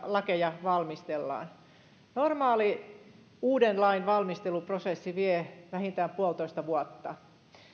lakeja valmistellaan että normaali uuden lain valmisteluprosessi vie vähintään puolitoista vuotta